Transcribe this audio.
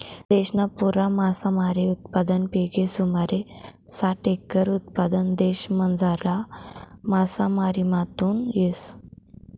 देशना पुरा मासामारी उत्पादनपैकी सुमारे साठ एकर उत्पादन देशमझारला मासामारीमाथून येस